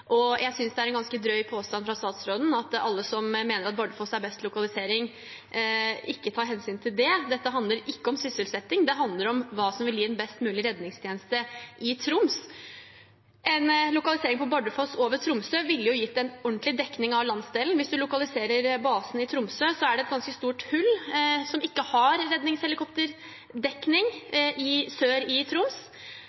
og jeg synes det er en ganske drøy påstand fra statsråden at alle som mener at Bardufoss er best lokalisering, ikke tar hensyn til det. Dette handler ikke om sysselsetting. Det handler om hva som vil gi en best mulig redningstjeneste i Troms. En lokalisering på Bardufoss framfor Tromsø ville gitt en ordentlig dekning av landsdelen. Hvis man lokaliserer basen i Tromsø, er det et ganske stort hull som ikke har redningshelikopterdekning,